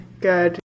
good